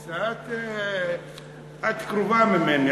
את קרובה אלי,